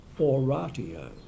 oratio